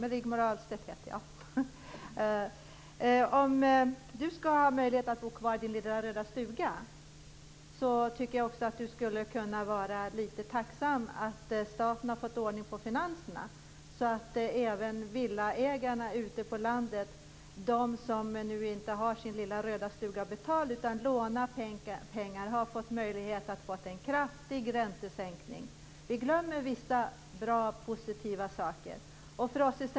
Med tanke på Ulf Björklunds möjligheter att bo kvar i den röda lilla stugan skulle han kunna vara litet tacksam att staten har fått ordning på finanserna så att även villaägarna ute på landet, de som inte har sin lilla röda stuga betald utan lånar pengar har fått en kraftig räntesänkning. Vi glömmer vissa bra och positiva saker.